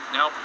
Now